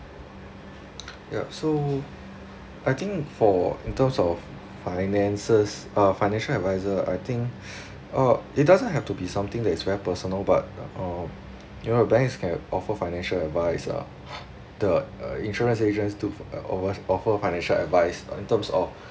yeah so I think for in terms of finances uh financial adviser I think uh it doesn't have to be something that is very personal but uh you know banks can offer financial advice lah the uh insurance agents to offer financial advice in terms of